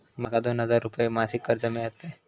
माका दोन हजार रुपये मासिक कर्ज मिळात काय?